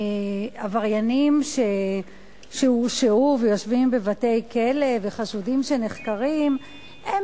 עבריינים שהורשעו ויושבים בבתי-כלא וחשודים שנחקרים הם